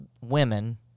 women